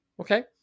Okay